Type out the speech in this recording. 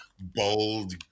bold